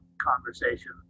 conversation